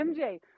MJ